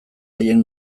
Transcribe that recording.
haien